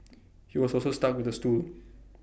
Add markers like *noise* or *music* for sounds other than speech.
*noise* he was also stuck with A stool